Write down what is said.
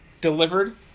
Delivered